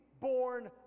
born